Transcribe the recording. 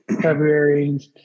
February